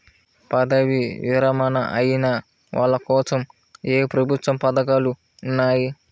పదవీ విరమణ అయిన వాళ్లకోసం ఏ ప్రభుత్వ పథకాలు ఉన్నాయి?